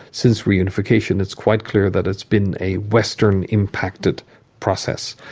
since reunification, it's quite clear that it's been a western-impacted process,